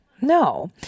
no